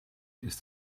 ist